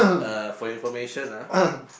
uh for information ah